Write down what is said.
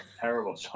terrible